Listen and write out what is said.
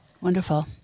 Wonderful